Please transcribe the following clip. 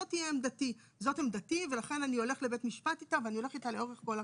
זאת עמדתי ולכן אני הולך לבית משפט איתה ואני הולך איתה לאורך כל הקו.